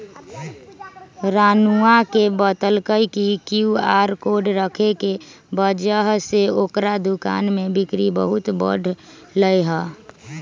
रानूआ ने बतल कई कि क्यू आर कोड रखे के वजह से ओकरा दुकान में बिक्री बहुत बढ़ लय है